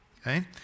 Okay